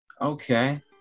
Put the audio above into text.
Okay